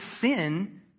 sin